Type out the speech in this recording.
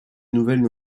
nouvelles